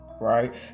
right